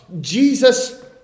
Jesus